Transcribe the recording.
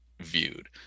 viewed